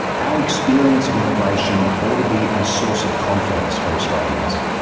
our experience of immigration ought to be a source of confidence for australians.